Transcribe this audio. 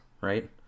right